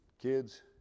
kids